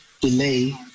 delay